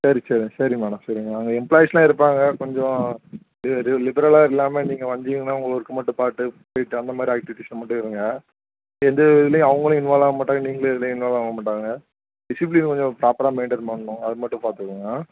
சரி சரி சரி மேடம் சரிங்க அங்கே எம்ப்ளாய்ஸ்லாம் இருப்பாங்க கொஞ்சம் லி லி லிபரல்லாக இல்லாமல் நீங்கள் வந்திங்கன்னா உங்கள் ஒர்க்கை மட்டும் பார்த்து போயிட்டு அந்த மாதிரி ஆக்ட்டிவிட்டீஸில் மட்டும் இருங்க எந்த எதுலேயும் அவங்களும் இன்வால்வ் ஆக மாட்டாங்க நீங்களும் எதுலேயும் இன்வால்வ் ஆக மாட்டாங்க டிஸிப்பிளீன் கொஞ்சம் ப்ராப்பராக மெயின்டெயின் பண்ணணும் அது மட்டும் பார்த்துக்கோங்க